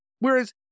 Whereas